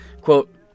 Quote